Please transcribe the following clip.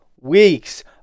weeks